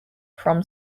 from